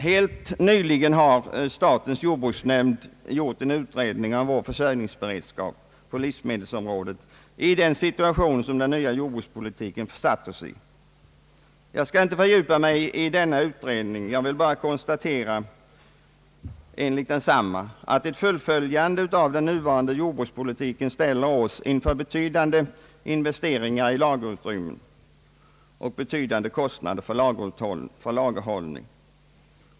Helt nyligen har statens jordbruksnämnd gjort en utredning av vår försörjningsberedskap på livsmedelsområdet i den situation som den nya jordbrukspolitiken har försatt oss. Jag skall inte fördjupa mig i denna utredning. Jag vill bara konstatera att enligt denna utredning nödvändiggör fullföljandet av den nya jordbrukspolitiken betydande investeringar i lagerutrymmen och betydande kostnader för lagerhållning.